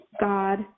God